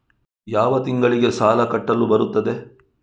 ಯಾವ ತಿಂಗಳಿಗೆ ಸಾಲ ಕಟ್ಟಲು ಬರುತ್ತದೆ?